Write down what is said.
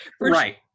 Right